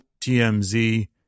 TMZ